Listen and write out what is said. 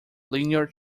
linear